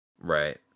right